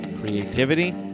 creativity